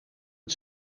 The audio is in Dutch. het